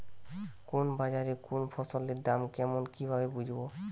কোন বাজারে কোন ফসলের দাম কেমন কি ভাবে বুঝব?